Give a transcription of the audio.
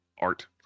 art